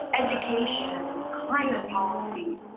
education climate policy,